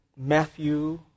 Matthew